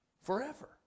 forever